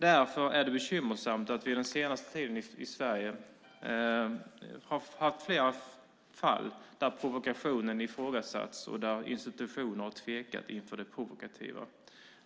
Därför är det bekymmersamt att vi den senaste tiden haft flera fall i Sverige där provokationen ifrågasatts och där institutioner har tvekat inför det provokativa.